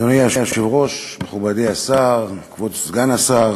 אדוני היושב-ראש, מכובדי השר, כבוד סגן השר,